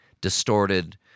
distorted